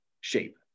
shape